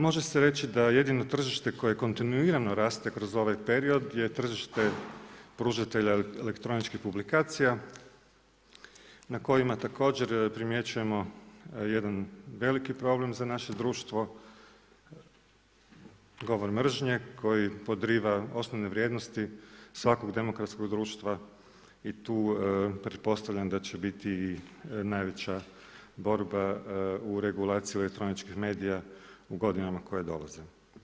Može se reći da jedino tržište koje kontinuirano raste kroz ovaj period gdje je tržište pružatelj elektroničkih publikacija na kojima također primjećujemo jedan veliki problem za naše društvo, govor mržnje koji podriva osnovne vrijednosti svakog demokratskog društva i tu pretpostavljam da će biti najveća borba u regulaciji elektroničkih medija u godinama koje dolaze.